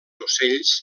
ocells